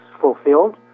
fulfilled